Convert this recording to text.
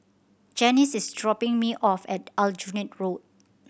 Janis is dropping me off at Aljunied Road